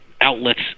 outlets